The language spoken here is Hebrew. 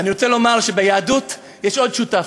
ואני רוצה לומר שביהדות יש עוד שותף: